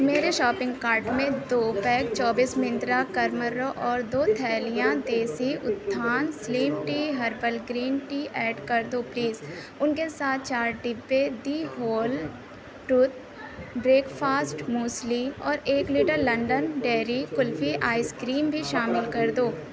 میرے shopping cart میں دو بیگ چوبیس منترا کرمرہ اور دو تھیلیاں دیسی اتتھان slim tea herbal green tea add کر دو پلیز ان کے ساتھ چار ڈبے the whole truth breakfast muesli اور ایک litre London dairy kulfi ice cream بھی شامل کر دو